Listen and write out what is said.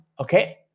Okay